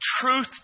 truth